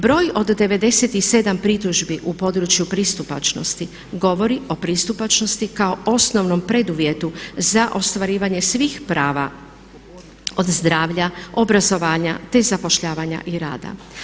Broj od 97 pritužbi u području pristupačnosti govori o pristupačnosti kao osnovnom preduvjetu za ostvarivanje svih prava od zdravlja, obrazovanja te zapošljavanja i rada.